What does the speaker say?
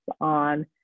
on